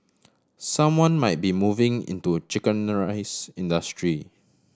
someone might be moving into chicken rice industry